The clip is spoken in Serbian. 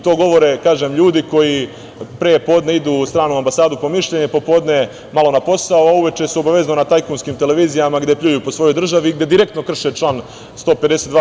To govore ljudi koji pre podne idu u stranu ambasadu po mišljenje, popodne malo na posao, a uveče su obavezno na tajkunskim televizijama gde pljuju svoju državu, i gde direktno krše član 152.